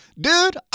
Dude